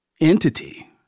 entity